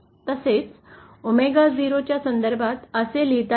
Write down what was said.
तसेच ओमेगा 0 च्या संदर्भात असे लिहिता येते